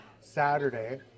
Saturday